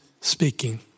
speaking